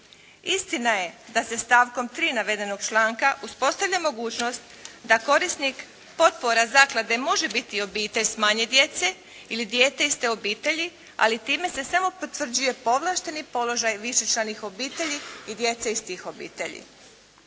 Istina je, da se stavkom 3. navedenog članka uspostavlja mogućnost da korisnik potpora zaklade može biti i obitelj s manje djece ili dijete iz te obitelji, ali time se samo potvrđuje povlašteni položaj višečlanih obitelji i djece iz tih obitelji.